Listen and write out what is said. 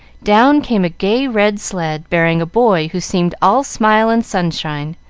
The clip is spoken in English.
down came a gay red sled, bearing a boy who seemed all smile and sunshine,